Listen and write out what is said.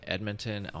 Edmonton